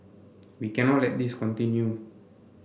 we cannot let this continue